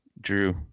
Drew